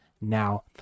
now